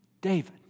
David